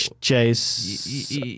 Chase